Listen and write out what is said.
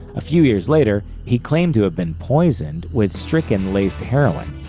a few years later, he claimed to have been poisoned with strychnine-laced heroin.